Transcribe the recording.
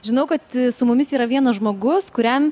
žinau kad su mumis yra vienas žmogus kuriam